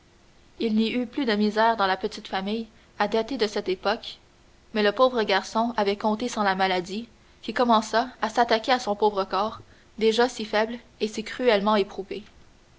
il n'y eut plus de misère dans la petite famille à dater de cette époque mais le pauvre garçon avait compté sans la maladie qui commença à s'attaquer à son pauvre corps déjà si faible et si cruellement éprouvé